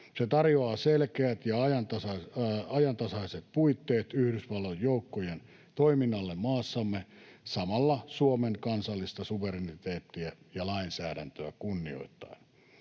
Se tarjoaa selkeät ja ajantasaiset puitteet Yhdysvaltojen joukkojen toiminnalle maassamme samalla Suomen kansallista suvereniteettia ja lainsäädäntöä kunnioittaen.